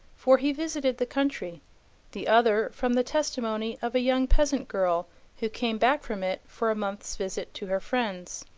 for he visited the country the other from the testimony of a young peasant girl who came back from it for a month's visit to her friends.